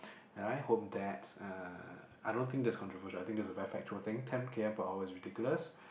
and I hope that uh I don't think this is controversial I think this is a very factual thing ten K_M per hour is ridiculous